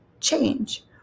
change